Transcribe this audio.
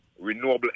renewable